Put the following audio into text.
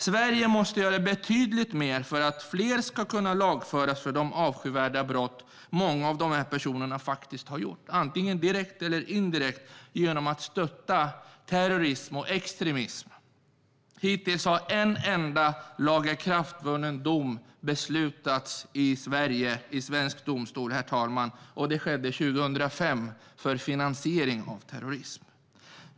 Sverige måste göra betydligt mer för att fler ska kunna lagföras för de avskyvärda brott som många av de personerna har gjort, antingen direkt eller indirekt genom att stötta terrorism och extremism. Herr talman! Hittills finns det en enda lagakraftvunnen dom från svensk domstol. Den är från 2005, för finansiering av terrorism.